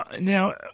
now